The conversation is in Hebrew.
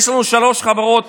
יש לנו שלוש אזרחיות